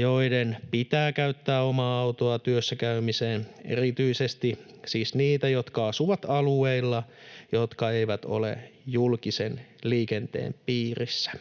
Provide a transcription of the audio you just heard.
joiden pitää käyttää omaa autoa työssä käymiseen, erityisesti siis heitä, jotka asuvat alueilla, jotka eivät ole julkisen liikenteen piirissä.